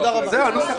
אם יתברר בסוף